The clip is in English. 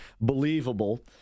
believable